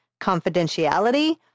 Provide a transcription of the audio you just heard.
confidentiality